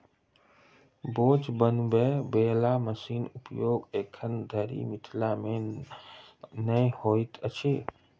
बोझ बनबय बला मशीनक प्रयोग एखन धरि मिथिला मे नै होइत अछि